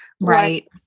Right